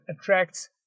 attracts